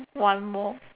one more